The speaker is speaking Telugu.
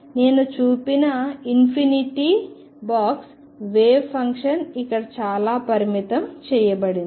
నేను చూపిన ఇన్ఫినిటీ బాక్స్ వేవ్ ఫంక్షన్ ఇక్కడ చాలా పరిమితం చేయబడింది